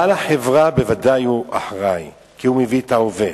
בעל החברה בוודאי אחראי, כי הוא מביא את העובד.